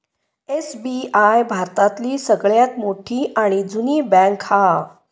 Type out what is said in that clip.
SBI भारतातली सगळ्यात मोठी आणि जुनी बॅन्क हा